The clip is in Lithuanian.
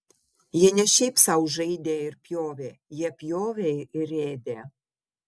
jie ne šiaip sau žaidė ir pjovė jie pjovė ir ėdė